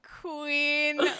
Queen